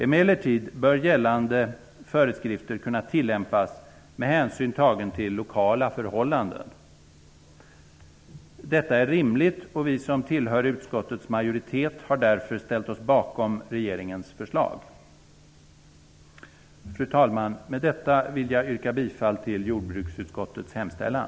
Emellertid bör gällande föreskrifter kunna tillämpas med hänsyn tagen till lokala förhållanden. Detta är rimligt, och vi som tillhör utskottets majoritet har därför ställt oss bakom regeringens förslag. Fru talman! Med detta vill jag yrka bifall till jordbruksutskottets hemställan.